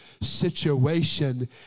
situation